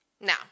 Now